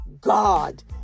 God